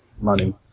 money